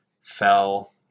fell